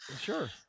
sure